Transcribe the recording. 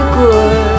good